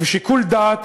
ובשיקול דעת